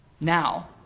Now